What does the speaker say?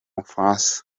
bufaransa